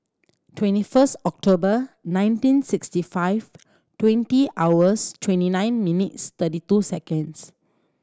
twenty first October nineteen sixty five twenty hours twenty nine minutes thirty two seconds